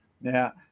Now